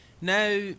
Now